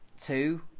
two